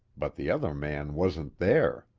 but the other man wasn't there!